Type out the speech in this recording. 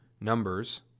Numbers